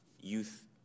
youth